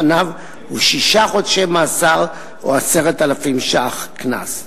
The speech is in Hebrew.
פניו הוא שישה חודשי מאסר או 10,000 שקלים קנס.